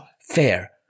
fair